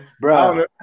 bro